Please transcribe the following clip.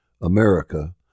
America